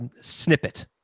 snippet